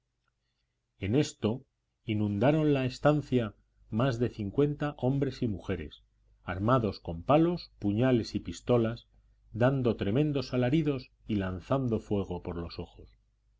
en esto inundaron la estancia más de cincuenta hombres y mujeres armados con palos puñales y pistolas dando tremendos alaridos y lanzando fuego por los ojos